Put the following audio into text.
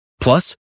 Plus